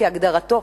כהגדרתו,